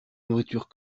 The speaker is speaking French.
nourriture